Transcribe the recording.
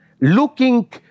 looking